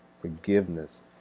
forgiveness